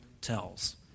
tells